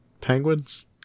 penguins